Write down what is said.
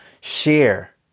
share